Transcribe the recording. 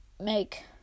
make